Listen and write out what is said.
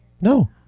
No